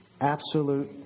absolute